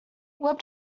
web